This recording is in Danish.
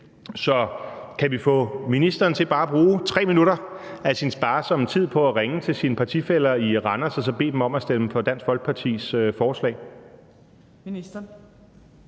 Så kan vi få ministeren til bare at bruge 3 minutter af sin sparsomme tid på at ringe til sine partifæller i Randers og så bede dem om at stemme for Dansk Folkepartis forslag? Kl.